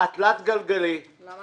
התלת גלגלי, למה